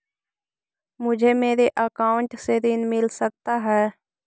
मुझे मेरे अकाउंट से ऋण मिल सकता है?